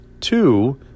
Two